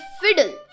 fiddle